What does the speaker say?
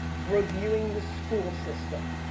reviewing the school system,